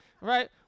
Right